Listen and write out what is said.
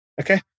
okay